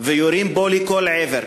ויורים בו לכל עבר.